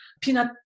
peanut